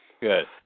Good